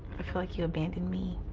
i feel like you abandoned me.